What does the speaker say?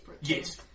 yes